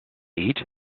eat